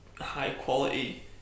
high-quality